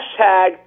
hashtag